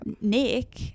Nick